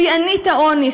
שיאנית העוני,